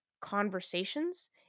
conversations